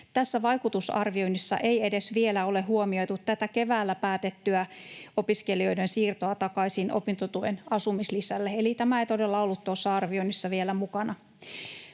Tässä vaikutusarvioinnissa ei edes vielä ole huomioitu tätä keväällä päätettyä opiskelijoiden siirtoa takaisin opintotuen asumislisälle, eli tämä ei todella ollut tuossa arvioinnissa vielä mukana.